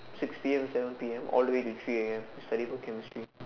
six P_M seven P_M all the way to three A_M to study for chemistry